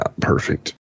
perfect